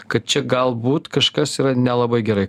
kad čia galbūt kažkas yra nelabai gerai